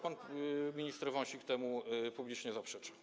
Pan minister Wąsik temu publicznie zaprzeczył.